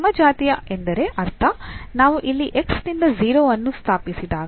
ಸಮಜಾತೀಯ ಎಂದರೆ ಅರ್ಥ ನಾವು ಇಲ್ಲಿ X ನಿಂದ 0 ವನ್ನು ಸ್ಥಾಪಿಸಿದಾಗ